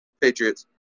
Patriots